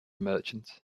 merchant